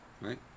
right